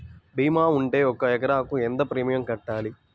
భీమా ఉంటే ఒక ఎకరాకు ఎంత ప్రీమియం కట్టాలి?